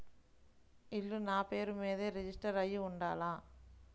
ఇల్లు నాపేరు మీదే రిజిస్టర్ అయ్యి ఉండాల?